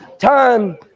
time